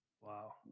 Wow